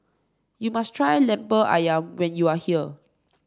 you must try lemper ayam when you are here